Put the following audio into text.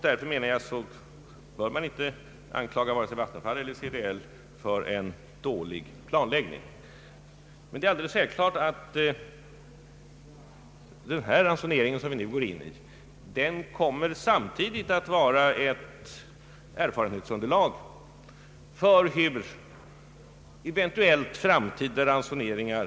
Därför anser jag ati man inte bör anklaga vare sig Vattenfall eller CDL för dålig planläggning. Men det är klart att den ransonering vi nu går in i kommer att utgöra ett erfarenhetsunderlag för utformningen av eventuella framtida ransoneringar.